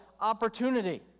opportunity